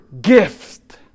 gift